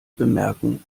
bemerken